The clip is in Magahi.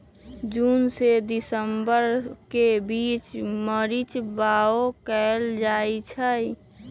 जून से दिसंबर के बीच मरीच बाओ कएल जाइछइ